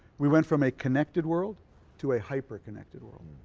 we went from a connected world to a hyper-connected world.